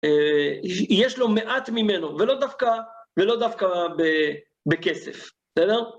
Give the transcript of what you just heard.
יש לו מעט ממנו, ולא דווקא בכסף, בסדר?